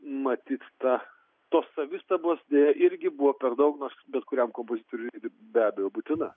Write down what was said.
matyt ta to savistabos deja irgi buvo per daug nors bet kuriam kompozitoriui ji be abejo būtina